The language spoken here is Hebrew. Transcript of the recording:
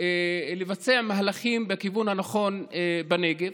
לבצע מהלכים בכיוון הנכון בנגב.